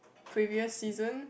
previous season